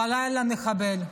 בלילה, מחבל,